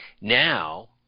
now